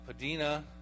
Padina